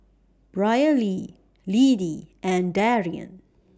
Brylee Lidie and Darrion